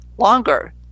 longer